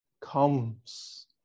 comes